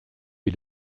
est